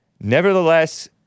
Nevertheless